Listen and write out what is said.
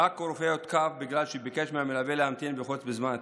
בעכו רופא הותקף בגלל שביקש מהמלווה להמתין בחוץ בזמן הטיפול.